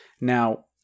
now